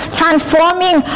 transforming